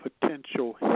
potential